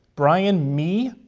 brian meigh,